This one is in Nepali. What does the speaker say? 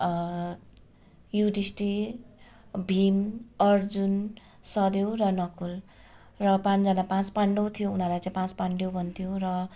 युधिष्टिर भीम अर्जुन सहदेेव र नकुल र पाँजना पाँच पाण्डव थियो उनीहरूलाई चाहिँ पाँच पाण्डव भन्थ्यौँ र